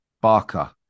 Barker